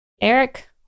Eric